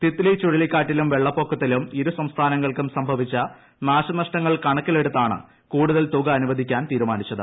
തിത്ലി ചുഴലിക്കാറ്റിലും വെള്ളപ്പൊക്കത്തിലും ഇരുസംസ്ഥാനങ്ങൾക്കും സംഭവിച്ച നാശനഷ്ടങ്ങൾ കണക്കിലെടുത്താണ് കൂടുതൽ തുക അനുവദിക്കാൻ തീരുമാനിച്ചത്